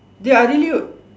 they're really